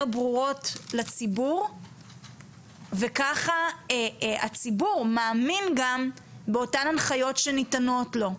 ברורות לציבור וככה הציבור מאמין גם באותן הנחיות שניתנות לו.